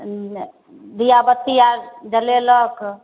दीयाबत्ती आर जलेलक